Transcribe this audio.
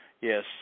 yes